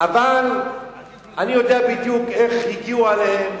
אבל אני יודע בדיוק איך הגיעו אליהם,